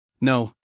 No